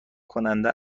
کننده